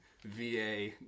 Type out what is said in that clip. VA